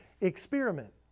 experiment